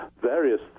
various